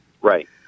Right